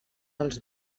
els